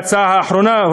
ההצעה האחרונה,